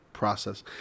process